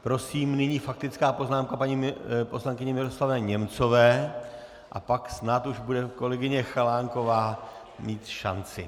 Prosím, nyní faktická poznámka paní poslankyně Miroslavy Němcové a pak snad už bude kolegyně Chalánková mít šanci.